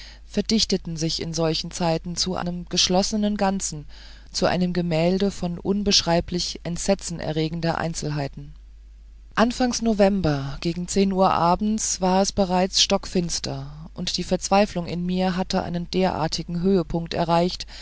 verdichteten sich in solchen zeiten zu einem geschlossenen ganzen zu einem gemälde voll unbeschreiblich entsetzenerregender einzelheiten anfangs november gegen zehn uhr abends es war bereits stockfinster und die verzweiflung in mir hatte einen derartigen höhepunkt erreicht